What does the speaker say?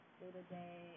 day-to-day